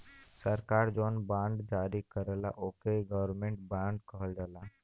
सरकार जौन बॉन्ड जारी करला ओके गवर्नमेंट बॉन्ड कहल जाला